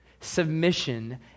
Submission